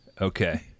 Okay